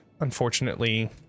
unfortunately